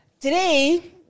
Today